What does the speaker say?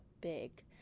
big